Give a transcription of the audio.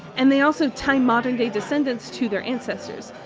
and they also tie modern day descendants to their ancestors.